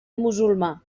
musulmà